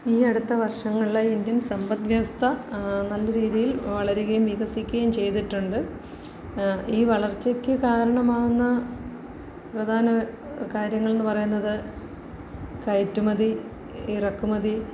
ഈ അടുത്ത വർഷങ്ങളില് ഇന്ത്യൻ സമ്പദ് വ്യവസ്ഥ നല്ല രീതിയിൽ വളരുകയും വികസിക്കുകയും ചെയ്തിട്ടുണ്ട് ഈ വളർച്ചയ്ക്ക് കാരണമാകുന്ന പ്രധാന കാര്യങ്ങൾ എന്നു പറയുന്നത് കയറ്റുമതി ഇറക്കുമതി